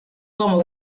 com